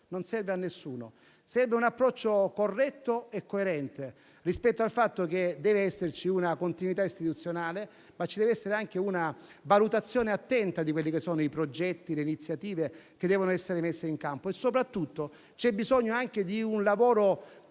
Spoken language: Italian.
non serve a nessuno. Serve un approccio corretto e coerente rispetto al fatto che dev'esserci una continuità istituzionale, ma ci dev'essere anche una valutazione attenta dei progetti e delle iniziative che devono essere messe in campo. E soprattutto c'è bisogno di un lavoro